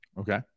Okay